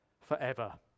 forever